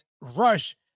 rush